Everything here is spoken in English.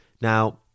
Now